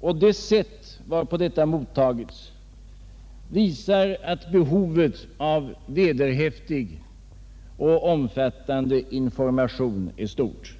och det sätt varpå detta mottagits visar att behovet av vederhäftig och omfattande information är stort.